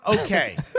Okay